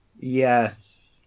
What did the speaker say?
Yes